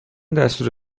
دستور